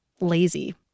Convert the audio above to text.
lazy